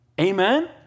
Amen